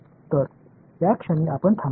तर त्या क्षणी आपण थांबावे